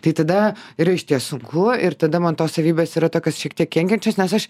tai tada yra išties sunku ir tada man tos savybės yra tokios šiek tiek kenkiančius nes aš